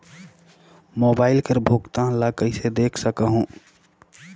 Mobile कर भुगतान ला कइसे देख सकहुं?